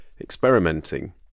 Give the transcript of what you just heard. experimenting